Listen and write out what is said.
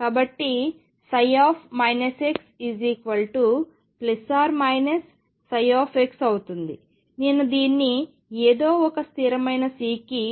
కాబట్టి ψ ±ψ అవుతుంది నేను దీన్ని ఏదో ఒక స్థిరమైన C కి